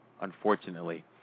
unfortunately